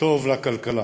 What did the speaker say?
טוב לכלכלה,